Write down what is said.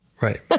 Right